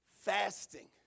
fasting